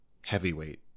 heavyweight